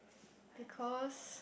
because